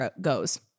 goes